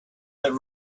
that